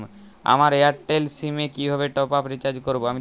আমার Airtel sim এ কিভাবে টপ আপ রিচার্জ করবো?